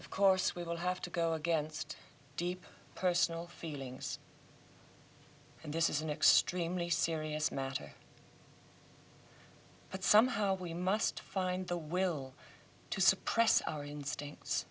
of course we all have to go against deep personal feelings and this is an extremely serious matter but somehow we must find the will to suppress our instincts